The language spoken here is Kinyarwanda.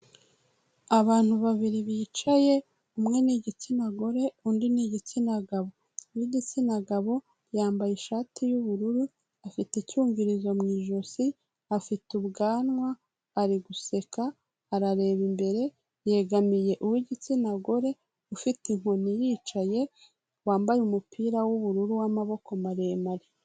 Abantu babiri bicaye, umwe ni igitsina gore undi ni igitsina gabo, uw'igitsina gabo yambaye ishati y'ubururu, afite icyumvirizo mu ijosi, afite ubwanwa, ari guseka, arareba imbere, yegamiye uw'igitsina gore ufite inkoni yicaye, wambaye umupira w'ubururu w'amaboko maremare.